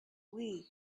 wii